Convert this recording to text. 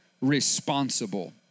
responsible